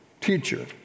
Teacher